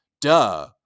duh